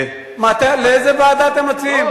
לאיזו ועדה אתם מציעים?